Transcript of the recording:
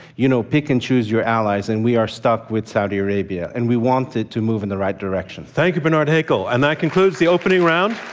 you know, pick and choose your allies and we are stuck with saudi arabia. and we want it to move in the right direction. thank you, bernard haykel. and that concludes the opening round.